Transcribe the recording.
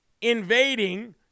invading